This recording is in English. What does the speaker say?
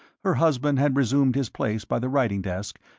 her husband had resumed his place by the writing desk,